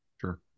Sure